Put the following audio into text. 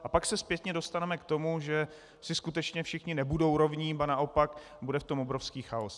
A pak se zpětně dostaneme k tomu, že si skutečně všichni nebudou rovni, ba naopak, bude v tom obrovský chaos.